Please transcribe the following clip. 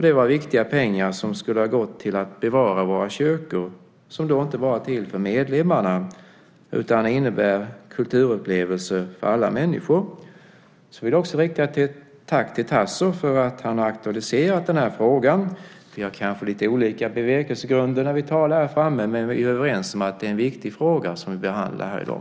Det var viktiga pengar som skulle ha gått till att bevara våra kyrkor, som ju inte bara är till för medlemmarna utan innebär kulturupplevelser för alla människor. Jag vill också rikta ett tack till Tasso för att han har aktualiserat den här frågan. Vi har kanske lite olika bevekelsegrunder när vi talar om den, men vi är överens om att det är en viktig fråga som vi behandlar här i dag.